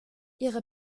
ihre